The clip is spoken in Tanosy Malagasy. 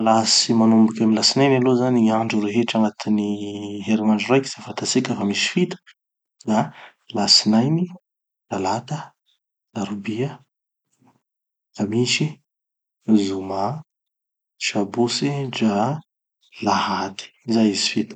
Milahatsy manomboky amy latsinainy aloha zany gny andro rehetra agnatin'ny herinandro raiky, zay fantatsika fa misy fito, da latsinainy, talata, larobia, kamisy, zoma, sabotsy, dra lahady. Zay izy fito.